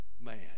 man